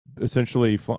essentially